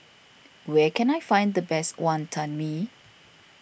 where can I find the best Wonton Mee